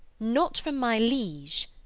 not from my liege,